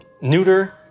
neuter